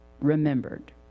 remembered